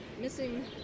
Missing